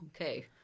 Okay